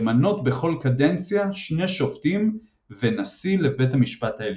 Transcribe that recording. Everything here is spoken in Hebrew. למנות בכל קדנציה שני שופטים ונשיא לבית המשפט העליון.